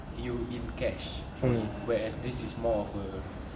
you in cash for it whereas this is more of a